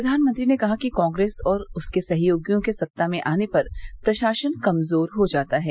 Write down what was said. प्रधानमंत्री ने कहा कि कांग्रेस और उसके सहयोगियों के सत्ता में आने पर प्रशासन कमजोर हो जाता है